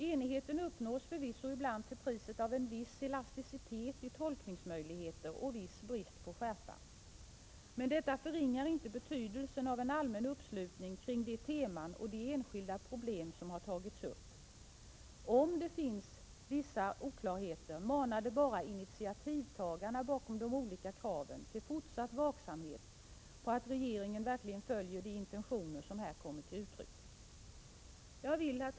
Enigheten uppnås förvisso ibland till priset av en viss elasticitet i tolkningsmöjligheter och en viss brist på skärpa. Men detta förringar inte betydelsen av en allmän uppslutning kring de teman och de enskilda problem som tagits upp. Om det finns vissa oklarheter manar det bara initiativtagarna bakom de olika kraven till fortsatt vaksamhet på att regeringen verkligen följer de intentioner som här kommer till uttryck. Herr talman!